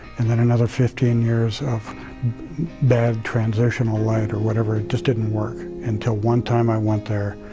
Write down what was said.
and, then another fifteen years of bad transitional light, or whatever. it just didn't work. until one time i went there,